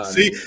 See